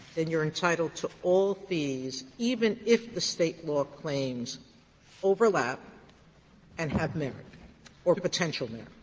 then you're entitled to all fees, even if the state law claims overlap and have merit or potential merit.